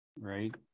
right